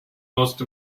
most